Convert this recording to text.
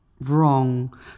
wrong